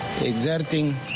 exerting